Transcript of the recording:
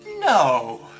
No